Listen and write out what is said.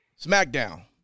SmackDown